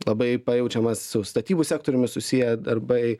labai pajaučiama su statybų sektoriumi susiję darbai